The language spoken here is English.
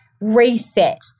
reset